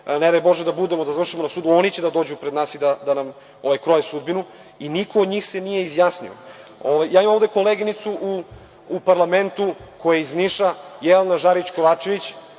Ne daj bože da završimo na sudu, oni će da dođu pred nas i da nam kroje sudbinu i niko od njih se nije izjasnio. Imam ovde koleginicu u parlamentu koja je iz Niša Jelena Žarić Kovačević